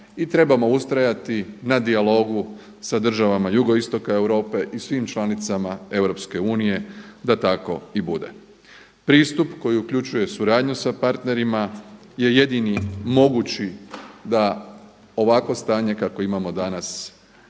i trebamo ustrajati na dijalogu sa država jugoistoka Europe i svim članicama EU da tako i bude. Pristup koji uključuje suradnju sa partnerima je jedini mogući da ovakvo stanje kakvo imamo danas